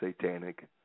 satanic